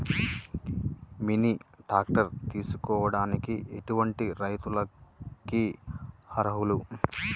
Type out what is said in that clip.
Mini tractor తీసుకోవడానికి ఎటువంటి రైతులకి అర్హులు?